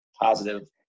positive